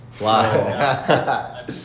wow